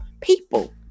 people